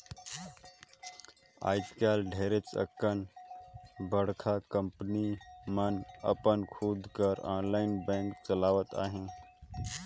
आएज ढेरे अकन बड़का कंपनी मन अपन खुद कर आनलाईन बेंक चलावत अहें